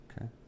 Okay